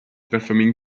performing